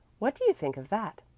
what do you think of that?